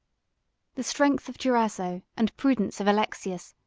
the strength of durazzo, and prudence of alexius,